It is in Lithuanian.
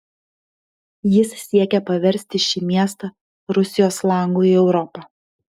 jis siekė paversti šį miestą rusijos langu į europą